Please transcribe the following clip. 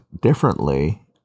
differently